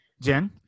Jen